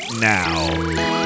now